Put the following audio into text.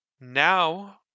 now